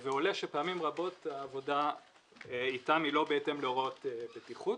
ועולה שפעמים רבות העבודה איתם היא לא בהתאם להוראות בטיחות.